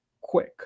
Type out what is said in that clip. quick